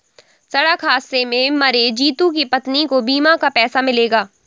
सड़क हादसे में मरे जितू की पत्नी को बीमा का पैसा मिलेगा